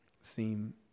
seem